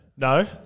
No